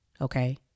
Okay